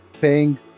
paying